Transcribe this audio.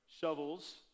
shovels